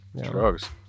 Drugs